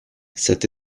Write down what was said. cette